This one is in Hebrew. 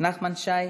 נחמן שי,